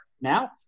now